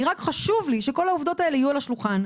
רק חשוב לי שכל העובדות האלה יהיו על השולחן.